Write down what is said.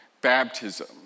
baptism